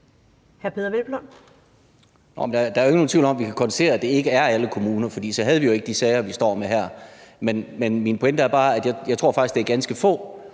ikke nogen tvivl om, at vi kan konstatere, at det ikke er alle kommuner, for så havde vi ikke de sager, vi står med her. Men min pointe er bare, at jeg faktisk tror, at det er ganske få